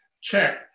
check